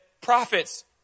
prophets